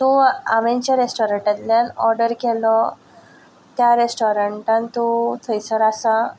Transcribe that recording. so हांवें ज्या रेस्टोरंटांतल्यान ओर्डर केलो त्या रेस्टोरंटान तूं थंयसर आसा